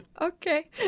okay